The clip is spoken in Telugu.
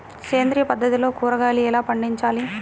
సేంద్రియ పద్ధతిలో కూరగాయలు ఎలా పండించాలి?